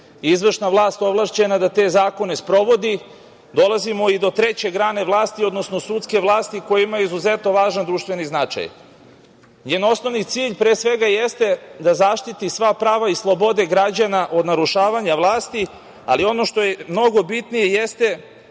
izvršna vlast ovlašćena je da te zakone sprovodi. Dolazimo i do treće grane vlasti, odnosno sudske vlasti koji ima izuzetno važan društveni značaj. Njen osnovni cilj pre svega jeste da zaštiti sva prava i slobode građana od narušavanja vlasti, ali ono što je mnogo bitnije jeste